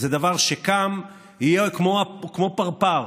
זה דבר שקם ויהיה כמו פרפר,